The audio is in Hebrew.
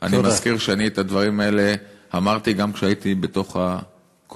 אני מזכיר שאני את הדברים האלה אמרתי גם כשהייתי בתוך הקואליציה.